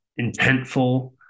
intentful